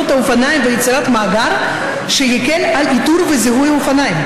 האופניים ויצירת מאגר שיקל על איתור וזיהוי של אופניים?